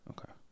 Okay